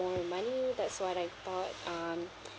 um money that's what I thought um